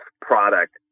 product